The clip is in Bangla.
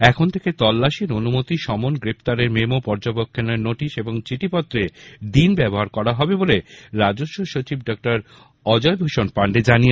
এখন থেকে তল্লাশির অনুমতি সমন গ্রেফতারের মেমো পর্যবেক্ষণের নোটিশ এবং চিঠিপত্রে ডিন ব্যবহার করা হবে বলে রাজস্ব সচিব ডক্টর অজয় ভূষণ পান্ডে জানিয়েছেন